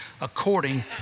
according